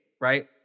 right